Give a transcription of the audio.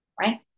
right